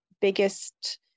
biggest